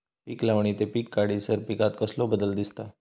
पीक लावणी ते पीक काढीसर पिकांत कसलो बदल दिसता?